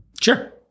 Sure